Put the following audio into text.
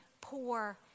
poor